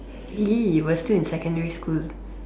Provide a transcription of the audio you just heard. he was still in secondary school